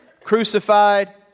crucified